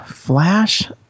Flash